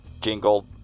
Jingle